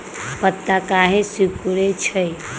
पत्ता काहे सिकुड़े छई?